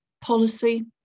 policy